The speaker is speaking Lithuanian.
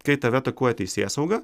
kai tave atakuoja teisėsauga